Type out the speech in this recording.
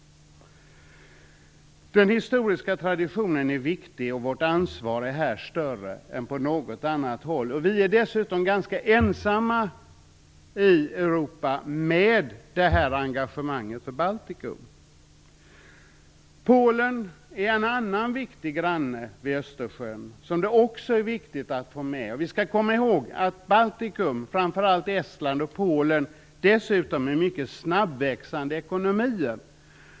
Den historiska traditionen är viktig, och vårt ansvar är här större än på något annat håll. Vi är dessutom ganska ensamma i Europa med detta engagemang för Baltikum. Polen är en annan viktig granne vid Östersjön, som det också är viktigt att få med. Vi skall komma ihåg att Baltikum, framför allt Estland och Polen, dessutom är mycket snabbväxande ekonomier.